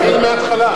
תתחיל מההתחלה.